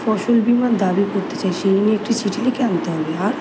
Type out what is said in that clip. ফসল বিমা দাবি করতে চাই সেই জন্য একটি চিঠি লিখে আনতে হবে আর